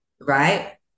right